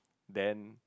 then